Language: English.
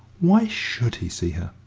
why should he see her?